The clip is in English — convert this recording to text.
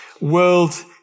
world